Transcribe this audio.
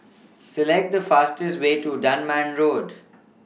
Select The fastest Way to Dunman Road